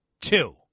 two